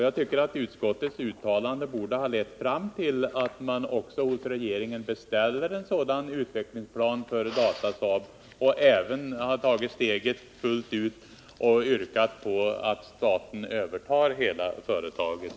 Jag tycker att utskottets uttalande borde ha lett fram till att man hos regeringen beställt en sådan utvecklingsplan för Datasaab och att man även tagit steget fullt ut och yrkat på att staten övertar hela företaget.